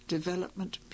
Development